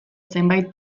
zenbait